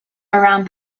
around